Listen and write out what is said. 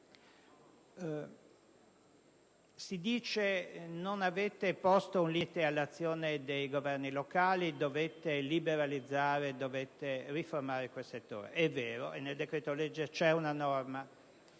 Si dice: non avete posto un limite all'azione dei governi locali, dovete liberalizzare e riformare quel settore. È vero e nel decreto-legge è prevista